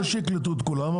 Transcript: לא שיקלטו את כולם,